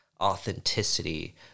authenticity